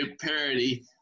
parody